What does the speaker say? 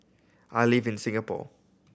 I live in Singapore